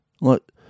look